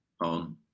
on